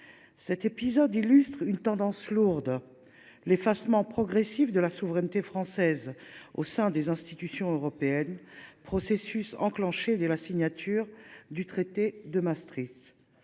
Cet épisode illustre une tendance lourde : l’effacement progressif de la souveraineté française au sein des institutions européennes, un processus enclenché dès la signature du traité de Maastricht.